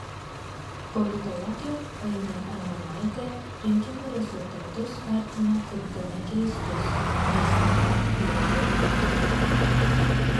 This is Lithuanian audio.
politologė ainė ramonaitė rinkimų rezultatus vertino kaip gana keistus nes nėra vieno laimėtojo